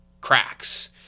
cracks